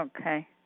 Okay